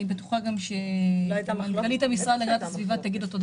אני בטוחה שמנכ"לית המשרד להגנת הסביבה תגיד אותו דבר.